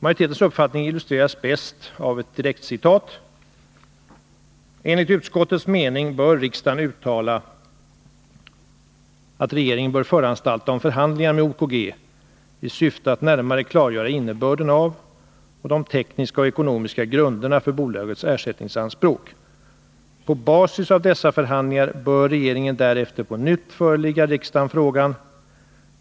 Majoritetens uppfattning illustreras bäst av ett direkt citat ur betänkandet: ”Enligt utskottets mening bör riksdagen uttala att regeringen bör föranstalta om förhandlingar med OKG i syfte att närmare klargöra innebörden av och de tekniska och ekonomiska grunderna för bolagets ersättningsanspråk. På basis av dessa förhandlingar bör regeringen därefter på nytt förelägga riksdagen frågan.